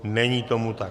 Není tomu tak.